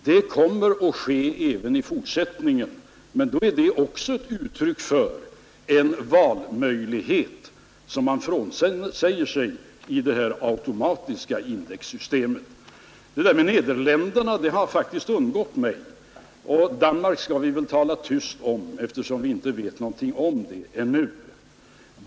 Det kommer att ske även i fortsättningen, men då är det också ett uttryck för en valfrihet, som man frånsäger sig i detta automatiska indexsystem. Det där med Nederländerna har faktiskt undgått mig. Och Danmark skall vi väl tala tyst om, eftersom vi inte vet någonting om det systemet ännu.